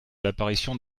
l’apparition